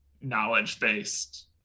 knowledge-based